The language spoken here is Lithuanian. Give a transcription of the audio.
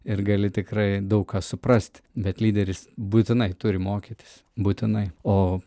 ir gali tikrai daug ką suprasti bet lyderis būtinai turi mokytis būtinai o